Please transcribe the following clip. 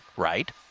Right